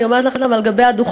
אני אומרת לכם מן הדוכן,